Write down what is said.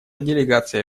делегация